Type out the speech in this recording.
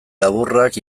laburrak